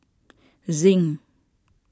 Zinc